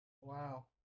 Wow